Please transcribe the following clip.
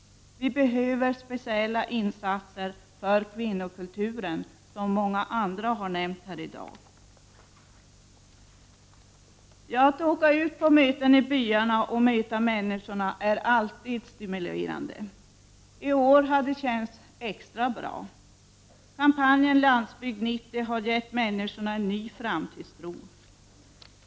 Vi behöver speciella insatser för kvinnokulturen. Att åka ut på möten i byarna och träffa människorna är alltid stimulerande. I år har det känts extra bra. Kampanjen Landsbygd 90 har gett människorna en ny framtidstro.